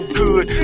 good